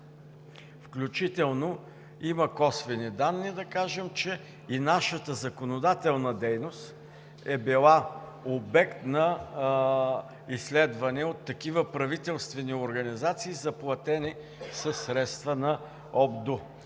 Включително има косвени данни. Да кажем, че и нашата законодателна дейност е била обект на изследване от такива правителствени организации, заплатени със средства на